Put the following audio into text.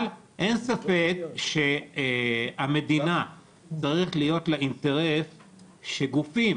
אבל אין ספק שהמדינה צריך להיות לה אינטרס שגופים